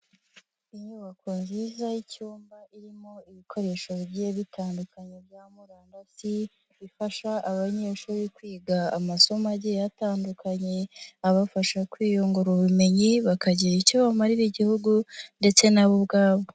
Inyubako nziza y'icyumba irimo ibikoresho bigiye bitandukanye bya murandasi, bifasha abanyeshuri kwiga amasomo agiye atandukanye, abafasha kwiyungura ubumenyi bakagira icyo bamarira igihugu ndetse nabo ubwabo.